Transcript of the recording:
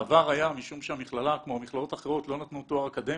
בעבר היה משום שהמכללה כמו המכללות האחרות לא נתנו תואר אקדמי,